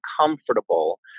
comfortable